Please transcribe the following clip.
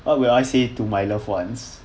what would I say to my love ones